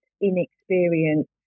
inexperienced